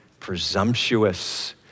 presumptuous